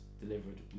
delivered